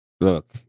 look